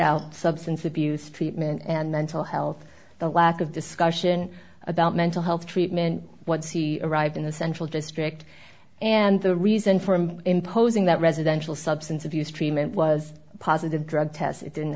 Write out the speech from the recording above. the substance abuse treatment and mental health the lack of discussion about mental health treatment once he arrived in the central district and the reason for imposing that residential substance abuse treatment was positive drug tests it didn't